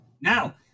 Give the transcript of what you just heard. Now